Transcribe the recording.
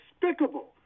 despicable